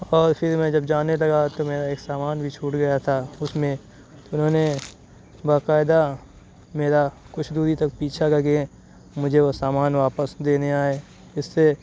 اور پھر میں جب جانے لگا تو میرا ایک سامان بھی چھوٹ گیا تھا اس میں انہوں نے باقاعدہ میرا کچھ دوری تک پیچھا کر کے مجھے وہ سامان واپس دینے آئے اس سے